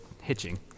hitching